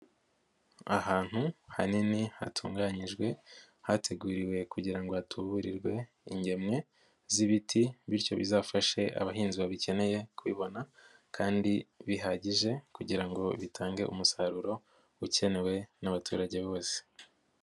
Ahantu hanini hatunganyijwe, hateguriwe kugira ngo hatuburirwe ingemwe z'ibiti, bityo bizafashe abahinzi babikeneye kubibona kandi bihagije kugira ngo bitange umusaruro ukenewe n'abaturage bose.